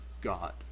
God